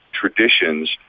traditions